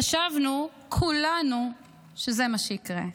חשבנו כולנו שזה מה שיקרה,